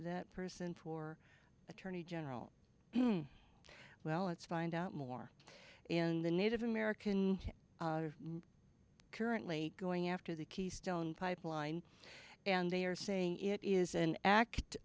that person for attorney general well let's find out more and the native american currently going after the keystone pipeline and they are saying it is an act